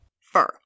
fur